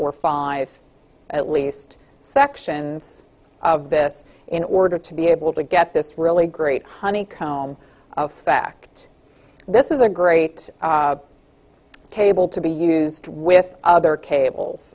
or five at least sections of this in order to be able to get this really great honeycomb effect this is a great cable to be used with other